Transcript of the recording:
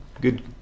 good